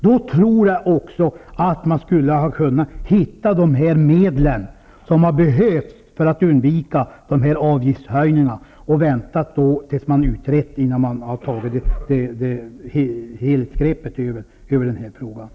Jag tror att man skulle ha kunnat hitta de medel som behövs för att undvika avgiftshöjningar och ha kunnat vänta tills man utrett frågan och tagit ett helhetsgrepp.